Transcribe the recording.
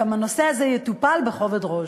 גם הנושא הזה יטופל בכובד ראש.